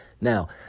now